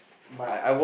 but